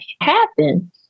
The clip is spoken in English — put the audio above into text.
happen